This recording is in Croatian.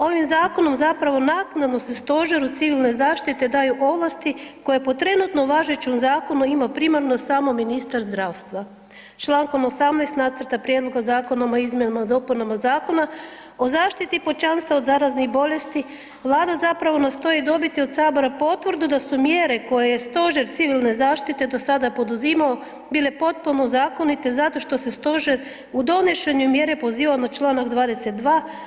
Ovim zakonom zapravo naknadno se Stožeru civilne zaštite daju ovlasti koje po trenutno važećem zakonu ima primarno samo ministar zdravstva, čl. 18. nacrta prijedloga Zakona o izmjenama i dopunama Zakona o zašiti pučanstva od zaraznih bolesti Vlada zapravo nastoji dobiti od sabora potvrdu da su mjere koje je Stožer civilne zaštite do sada poduzimao bile potpuno zakonite zato što se stožer u donošenje mjere pozivao na čl. 22.